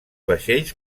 vaixells